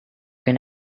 can